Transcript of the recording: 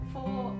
Four